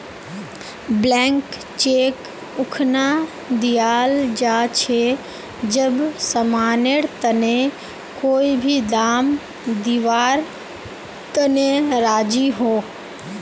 blank cheque उखना दियाल जा छे जब समानेर तने कोई भी दाम दीवार तने राज़ी हो